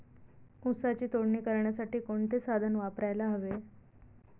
ऊसाची तोडणी करण्यासाठी कोणते साधन वापरायला हवे?